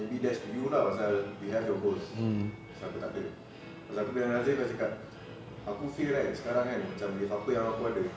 maybe that's to you lah pasal we have a goal pasal aku takde pasal aku dengan razi aku cakap aku feel right sekarang kan macam with apa yang aku ada